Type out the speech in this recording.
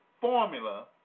formula